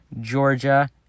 Georgia